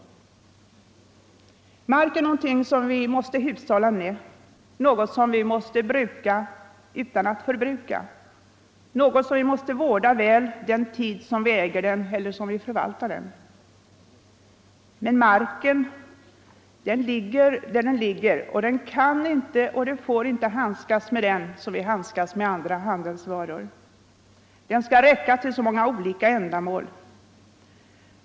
Mark är något som vi måste hushålla med, något som vi måste bruka utan att förbruka, något som vi måste vårda väl den tid som vi äger den eller förvaltar den. Men marken ligger där den ligger, och vi kan inte och får inte handskas med den som vi handskas med andra handelsvaror. Den skall räcka till så många olika ändamål.